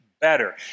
better